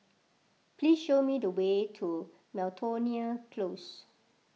please show me the way to Miltonia Close